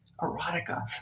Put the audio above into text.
erotica